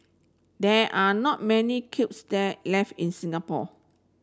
there are not many kilns that left in Singapore